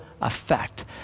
effect